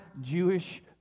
Jewish